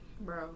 Bro